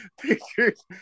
pictures